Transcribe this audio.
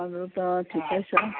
अरू त ठिकै छ